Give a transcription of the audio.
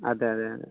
അതെയതെയതെ